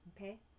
Okay